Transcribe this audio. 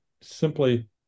simply